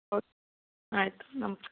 oak ಆಯ್ತು ನಮ್ಸ್ಕ್